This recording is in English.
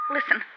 Listen